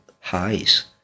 highs